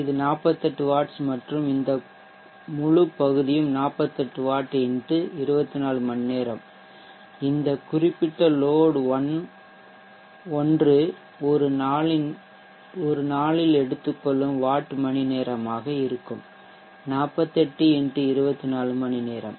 இது 48 வாட்ஸ் மற்றும் இந்த முழு பகுதியும் 48 வாட் x 24 மணிநேரம் இந்த குறிப்பிட்ட லோட் 1 ஒரு நாளில் எடுத்துக்கொள்ளும் வாட் மணிநேரமாக இருக்கும் 48 x 24 மணி நேரம்